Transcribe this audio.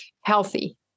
Healthy